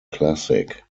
classic